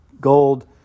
gold